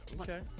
Okay